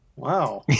Wow